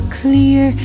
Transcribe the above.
clear